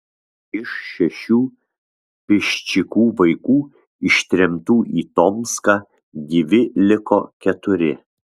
iš šešių piščikų vaikų ištremtų į tomską gyvi liko keturi